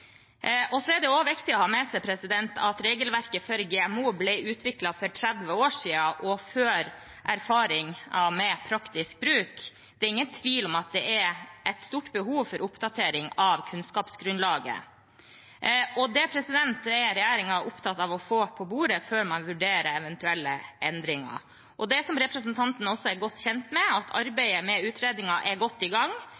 Og så er det viktig å ha med seg at regelverket for GMO ble utviklet for 30 år siden og før erfaringen med praktisk bruk. Det er ingen tvil om at det er et stort behov for oppdatering av kunnskapsgrunnlaget. Det er regjeringen opptatt av å få på bordet før man vurderer eventuelle endringer. Som representanten er godt kjent med,